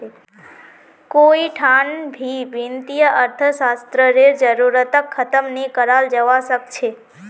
कोई ठान भी वित्तीय अर्थशास्त्ररेर जरूरतक ख़तम नी कराल जवा सक छे